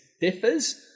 differs